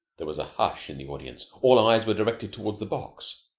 there was a hush in the audience. all eyes were directed toward the box.